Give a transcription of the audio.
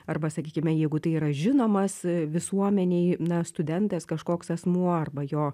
arba sakykime jeigu tai yra žinomas visuomenėj na studentas kažkoks asmuo arba jo